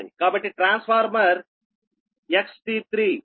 కాబట్టి transformer XT3 వచ్చి 0